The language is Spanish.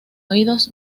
oídos